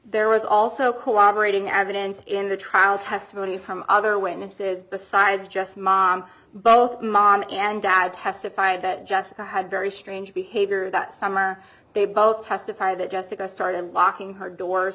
there was also collaborating evidence in the trial testimony from other witnesses besides just mom both mom and dad testified that jessica had very strange behavior that summer they both testified that jessica started locking her doors